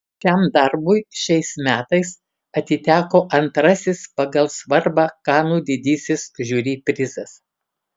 šiam darbui šiais metais atiteko antrasis pagal svarbą kanų didysis žiuri prizas